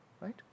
Right